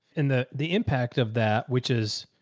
and the the impact of that, which is.